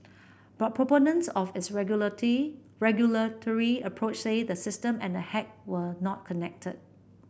but proponents of its regulate regulatory approach say the system and the hack were not connected